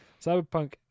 Cyberpunk